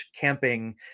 camping